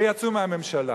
ויצאו מהממשלה.